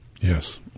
Yes